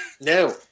No